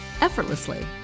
effortlessly